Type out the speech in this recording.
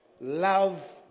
Love